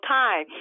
time